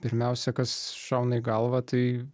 pirmiausia kas šauna į galvą tai